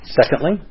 Secondly